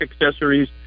accessories